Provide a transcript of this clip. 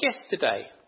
yesterday